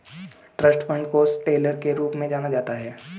trust fund को settler के रूप में जाना जाता है